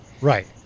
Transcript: Right